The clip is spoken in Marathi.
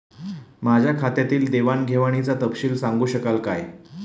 माझ्या खात्यातील देवाणघेवाणीचा तपशील सांगू शकाल काय?